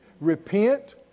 Repent